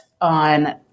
on